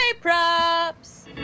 props